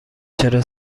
چرا